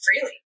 freely